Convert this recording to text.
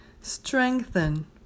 Strengthen